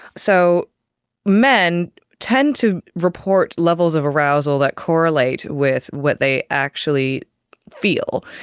so men tend to report levels of arousal that correlate with what they actually feel,